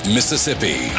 Mississippi